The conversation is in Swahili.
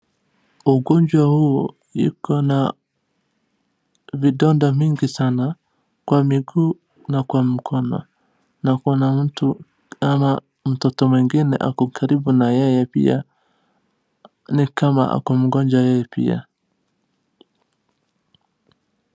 Ugonjwa huu, iko na vidonda mingi sana, kwa miguu na kwa mkono, na kuna mtu ama mtoto mwingine ako karibu na yeye pia, ni kama ako mgonjwa yeye pia.